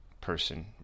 person